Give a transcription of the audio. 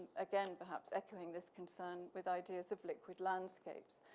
again, perhaps echoing this concern with ideas of liquid landscapes.